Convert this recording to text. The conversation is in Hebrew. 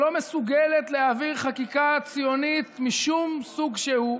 שלא מסוגלת להעביר חקיקה ציונית משום סוג שהוא,